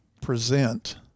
present